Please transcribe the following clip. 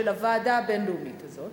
של הוועדה הבין-לאומית הזאת